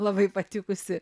labai patikusi